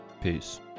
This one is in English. peace